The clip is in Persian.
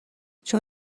چون